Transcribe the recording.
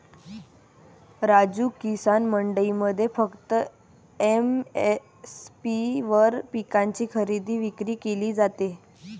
राजू, किसान मंडईमध्ये फक्त एम.एस.पी वर पिकांची खरेदी विक्री केली जाते